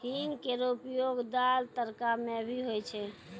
हींग केरो उपयोग दाल, तड़का म भी होय छै